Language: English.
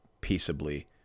peaceably